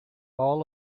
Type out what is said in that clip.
all